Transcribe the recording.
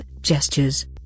gestures